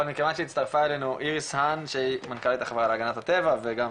אבל מכיוון שהצטרפה אלינו איריס האן שהיא מנכ"לית החברה להגנת הטבע וגם